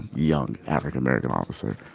young african american officer,